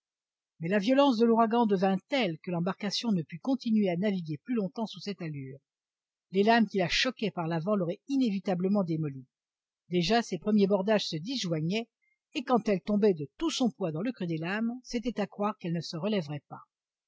mais la violence de l'ouragan devint telle que l'embarcation ne put continuer à naviguer plus longtemps sous cette allure les lames qui la choquaient par l'avant l'auraient inévitablement démolie déjà ses premiers bordages se disjoignaient et quand elle tombait de tout son poids dans le creux des lames c'était à croire qu'elle ne se relèverait pas